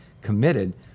committed